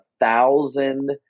thousand